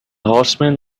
horseman